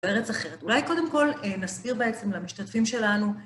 בארץ אחרת. אולי קודם כל נסביר בעצם למשתתפים שלנו.